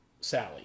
Sally